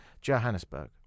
Johannesburg